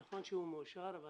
נכון שהוא מאושר אבל